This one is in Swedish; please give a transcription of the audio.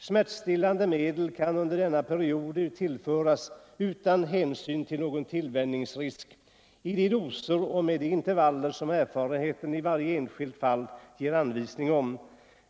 Smärtstillande medel kan under denna period tillföras utan hänsyn till någon tillvänjningsrisk i de doser och med de intervaller som erfarenheten i varje enskilt fall ger anvisning om.